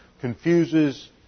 confuses